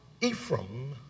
Ephraim